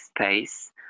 space